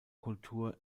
kultur